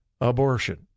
abortion